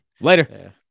Later